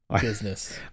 business